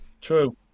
True